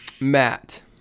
Matt